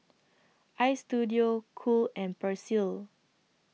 Istudio Cool and Persil